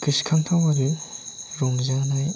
गोसोखांथाव आरो रंजानाय